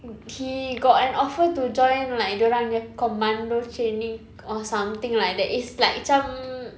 he got an offer to join like dia orangnya commando training or something like that it's like macam